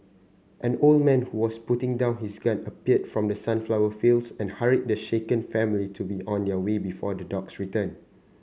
an old man who was putting down his gun appeared from the sunflower fields and hurried the shaken family to be on their way before the dogs return